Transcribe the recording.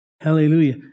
Hallelujah